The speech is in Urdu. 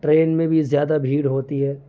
ٹرین میں بھی زیادہ بھیڑ ہوتی ہے